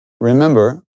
remember